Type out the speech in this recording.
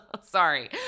Sorry